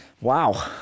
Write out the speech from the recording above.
Wow